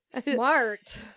Smart